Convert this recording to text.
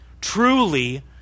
Truly